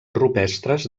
rupestres